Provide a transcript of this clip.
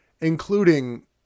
Including